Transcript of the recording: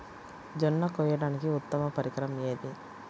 జొన్న కోయడానికి ఉత్తమ పరికరం ఏది?